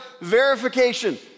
verification